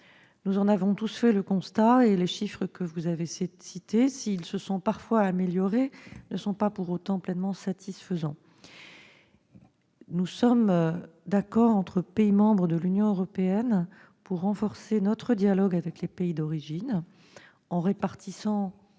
Nous en avons tous fait le constat, et les chiffres que vous avez cités, s'ils se sont parfois améliorés, ne sont pas pour autant pleinement satisfaisants. Nous sommes d'accord entre pays membres de l'Union européenne pour renforcer notre dialogue avec les pays d'origine. Il s'agit